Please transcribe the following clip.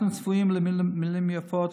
אנחנו צפויים למילים יפות,